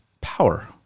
power